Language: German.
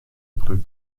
april